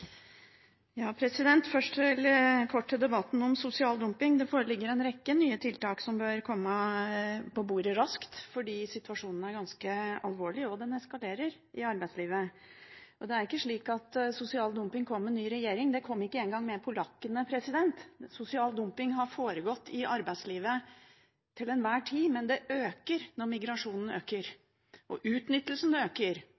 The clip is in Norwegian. Først kort til debatten om sosial dumping. Det foreligger en rekke nye tiltak som bør komme på bordet raskt, fordi situasjonen i arbeidslivet er ganske alvorlig, og den eskalerer. Det er ikke slik at sosial dumping kom med ny regjering, det kom ikke engang med polakkene. Sosial dumping har foregått i arbeidslivet til enhver tid, men det øker når migrasjonen